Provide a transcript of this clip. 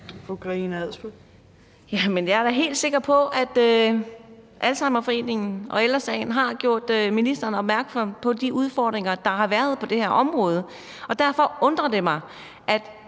Jeg er da helt sikker på, at Alzheimerforeningen og Ældre Sagen har gjort ministeren opmærksom på de udfordringer, der har været på det her område. Derfor undrer det mig, at